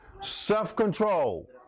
Self-control